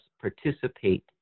participate